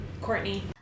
Courtney